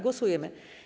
Głosujemy.